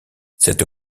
cette